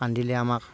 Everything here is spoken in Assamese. কান্দিলে আমাক